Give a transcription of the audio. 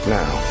now